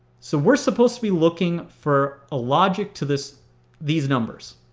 so we're supposed to be looking for a logic to this these numbers.